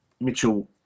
Mitchell